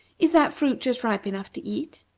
is that fruit just ripe enough to eat?